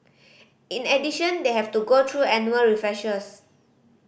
in addition they have to go through annual refreshers